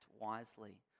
wisely